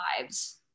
lives